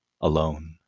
alone